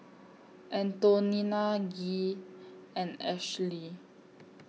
Antonina Gee and Ashely